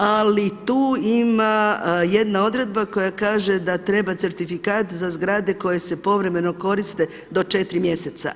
Ali tu ima jedna odredba koja kaže da treba certifikat za zgrade koje se povremeno koriste do 4 mjeseca.